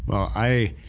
i,